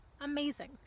amazing